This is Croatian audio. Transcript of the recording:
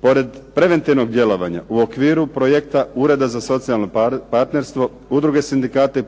Pored preventivnog djelovanja, u okviru projekta Ureda za socijalno partnerstvo udruge sindikata i